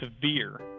severe